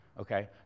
okay